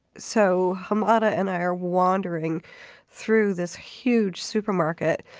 so hamada and i are wandering through this huge supermarket.